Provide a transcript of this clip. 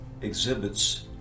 exhibits